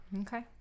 okay